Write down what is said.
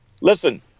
Listen